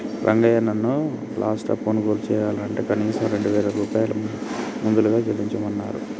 రంగయ్య నాను లాప్టాప్ కొనుగోలు చెయ్యనంటే కనీసం రెండు వేల రూపాయలు ముదుగలు చెల్లించమన్నరు